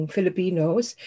Filipinos